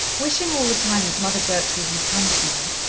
wishing all the time that mother gertrude would come to her,